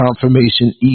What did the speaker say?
confirmation